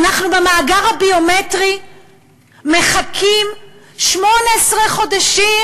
אנחנו לגבי המאגר הביומטרי מחכים 18 חודשים,